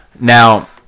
Now